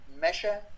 measure